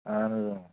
اَہَن حظ